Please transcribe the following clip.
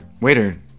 waiter